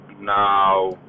Now